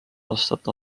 aastat